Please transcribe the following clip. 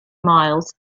miles